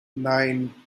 nine